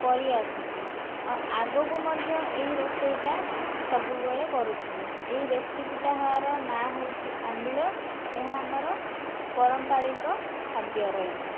କରି ଆସୁଛୁ ଆଉ ଆଗକୁ ମଧ୍ୟ ଏଇ ରୋଷେଇ ଟା ସବୁବେଳେ କରୁଥିବୁ ଏଇ ରେସିପିଟାର ନା ହୋଉଚି ଆମ୍ବିଳ ଏହା ଆମର ପାରମ୍ପରିକ ଖାଦ୍ୟ ରହିଛି